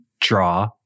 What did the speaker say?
draw